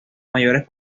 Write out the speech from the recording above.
mayores